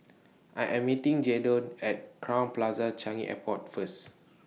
I Am meeting Jadon At Crowne Plaza Changi Airport First